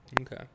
okay